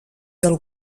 del